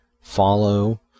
follow